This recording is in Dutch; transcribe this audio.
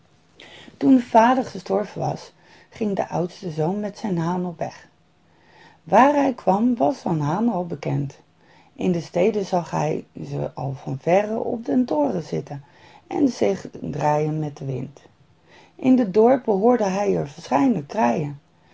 toen de vader gestorven was ging de oudste zoon met zijn haan op weg maar waar hij kwam was een haan al bekend in de steden zag hij ze al van verre op den toren zitten en zich draaien met den wind in de dorpen hoorde hij er verscheidene kraaien